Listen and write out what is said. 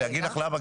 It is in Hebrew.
אני אגיד לך למה,